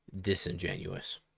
disingenuous